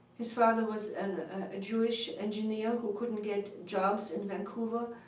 his father was and a jewish engineer who couldn't get jobs in vancouver.